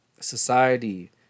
society